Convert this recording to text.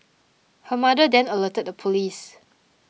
her mother then alerted the police